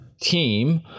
team